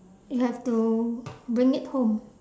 you have to bring it home